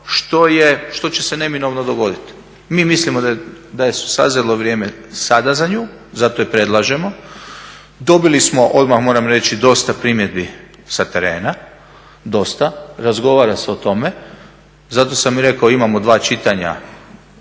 što će se neminovno dogoditi. Mi mislimo da je sazrelo vrijeme sada za nju, zato je predlažemo. Dobili smo, odmah moram reći dosta primjedbi sa terena, dosta, razgovara se o tome. Zato sam i rekao imamo dva čitanja